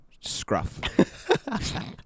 scruff